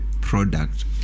product